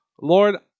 Lord